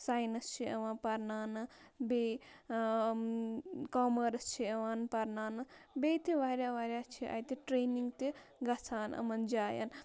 science چھِ یِوان پَرناونہٕ بیٚیہِ کامٲرٕس چھِ یِوان پَرناونہٕ بیٚیہِ تہِ واریاہ واریاہ چھِ اَتہِ ٹرٛینِنٛگ تہِ گَژھان یِمَن جایَن